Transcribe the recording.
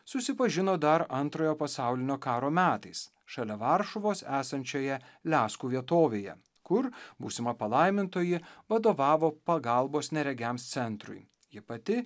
susipažino dar antrojo pasaulinio karo metais šalia varšuvos esančioje leskų vietovėje kur būsima palaimintoji vadovavo pagalbos neregiams centrui ji pati